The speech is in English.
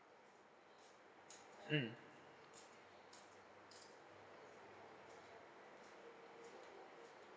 mm